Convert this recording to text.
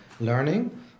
learning